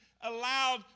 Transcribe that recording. allowed